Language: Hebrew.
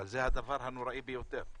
אבל זה הדבר הנוראי ביותר.